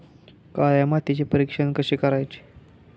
काळ्या मातीचे परीक्षण कसे करायचे?